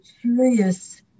curious